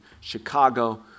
Chicago